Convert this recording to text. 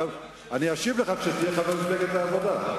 אשיב לך כשתהיה חבר מפלגת העבודה.